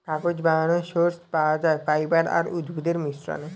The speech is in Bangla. কাগজ বানানোর সোর্স পাওয়া যায় ফাইবার আর উদ্ভিদের মিশ্রণে